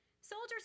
soldiers